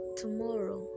tomorrow